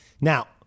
now